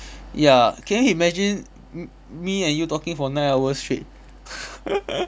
ya can you imagine m~ me and you talking for nine hours straight